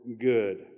good